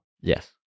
Yes